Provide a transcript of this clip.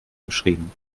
geschrieben